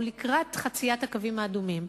או לקראת חציית הקווים האדומים.